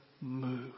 move